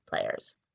players